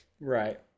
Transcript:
Right